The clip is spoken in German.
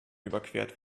überquert